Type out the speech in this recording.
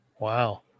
Wow